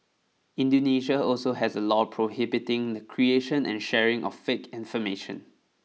Indonesia also has a law prohibiting the creation and sharing of fake information